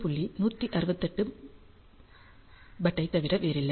168 but ஐத் தவிர வேறில்லை